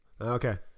Okay